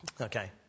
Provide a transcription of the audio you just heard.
Okay